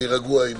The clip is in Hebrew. אני רגוע.